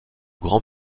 grand